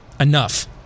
enough